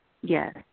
Yes